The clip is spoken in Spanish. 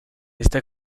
esta